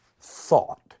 thought